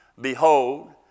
behold